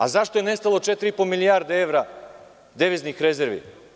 A zašto je nestalo četiri i po milijarde evra deviznih rezervi?